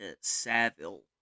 Saville